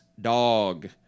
dog